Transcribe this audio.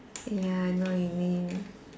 ya I know what you mean